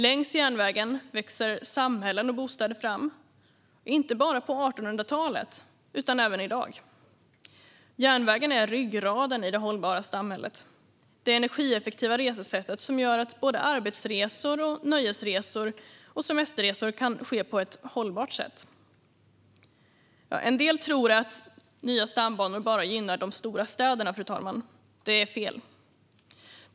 Längs järnvägen växer samhällen och bostäder fram - så var det inte bara på 1800-talet, utan så är det även i dag. Järnvägen är ryggraden i det hållbara samhället. Det är det energieffektiva resesättet, som gör att arbetsresor, nöjesresor och semesterresor kan ske på ett hållbart sätt. En del tror att nya stambanor bara gynnar de stora städerna, fru talman. Det är fel.